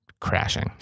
crashing